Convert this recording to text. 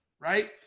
right